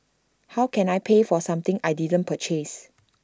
how can I pay for something I didn't purchase